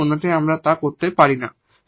অন্যথায় আমরা তা করতে পারি না